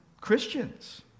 Christians